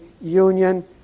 union